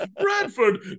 Bradford